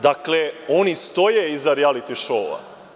Dakle, oni stoje iza rijaliti šouova.